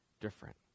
different